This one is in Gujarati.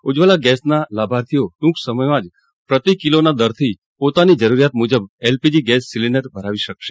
ઉજજવલા ગેસ યોજના લાભાર્થીઓ ટૂંક સમયમાં જ પ્રતિ કિલો દરથી પોતાની જરૂરિયાત મુજબ એલપીજી ગેસ સિલીન્ડર ભરાવી શકશે